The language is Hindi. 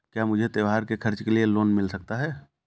क्या मुझे त्योहार के खर्च के लिए लोन मिल सकता है?